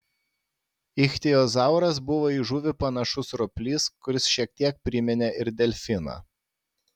ichtiozauras buvo į žuvį panašus roplys kuris šiek tiek priminė ir delfiną